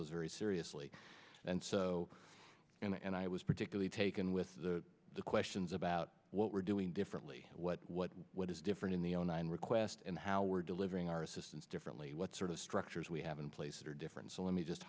those very seriously and so in the end i was particularly taken with the questions about what we're doing differently what what what is different in the onan request and how we're delivering our assistance differently what sort of structures we have in place that are different so let me just